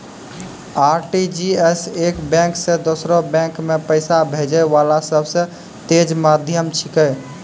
RTGS एक bank से दोसरो बैंक मे पैसा भेजै वाला सबसे तेज माध्यम छिकै